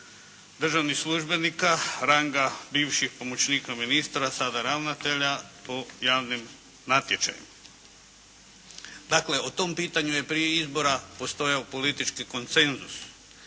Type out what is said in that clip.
državnih službenika, ranga bivših pomoćnika ministra sada ravnatelja o javnim natječajima. Dakle o tom pitanju je prije izbora postojao politički konsenzus,